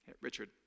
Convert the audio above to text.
Richard